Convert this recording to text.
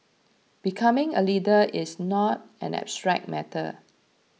becoming a leader is not an abstract matter